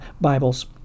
Bibles